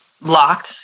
locked